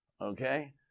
Okay